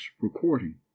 recording